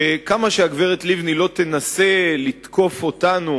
שכמה שהגברת לבני לא תנסה לתקוף אותנו